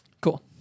Cool